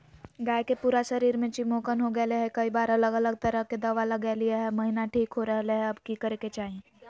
गाय के पूरा शरीर में चिमोकन हो गेलै है, कई बार अलग अलग तरह के दवा ल्गैलिए है महिना ठीक हो रहले है, अब की करे के चाही?